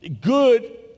Good